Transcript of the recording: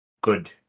good